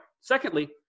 Secondly